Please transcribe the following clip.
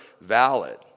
valid